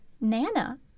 Nana